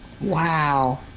Wow